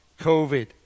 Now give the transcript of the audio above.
COVID